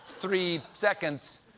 three seconds.